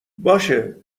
باشه